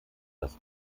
das